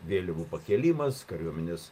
vėliavų pakėlimas kariuomenės